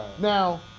Now